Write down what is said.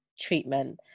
treatment